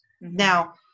Now